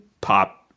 pop